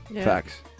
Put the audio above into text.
Facts